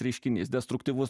reiškinys destruktyvus